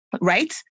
right